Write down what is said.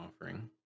Offering